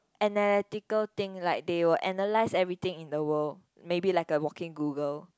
analytical thing like they were analyse everything in the world maybe like a walking Google